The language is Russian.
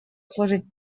служить